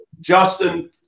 Justin